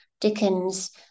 Dickens